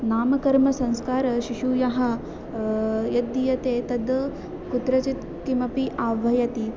नामकर्मसंस्कार शिशोः यद् दीयते तद् कुत्रचित् किमपि आह्वयति